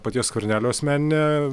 paties skvernelio asmeninę